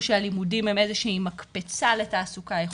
שהלימודים הם איזו שהיא מקפצה לתעסוקה איכותית,